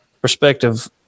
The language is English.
perspective